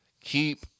keep